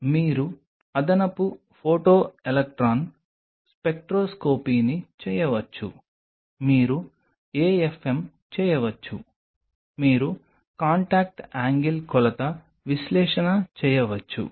మీరు అదనపు ఫోటోఎలెక్ట్రాన్ స్పెక్ట్రోస్కోపీని చేయవచ్చు మీరు AFM చేయవచ్చు మీరు కాంటాక్ట్ యాంగిల్ కొలత విశ్లేషణ చేయవచ్చు